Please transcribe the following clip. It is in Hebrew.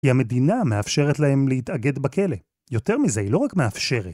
היא המדינה מאפשרת להם להתאגד בכלא. יותר מזה, היא לא רק מאפשרת.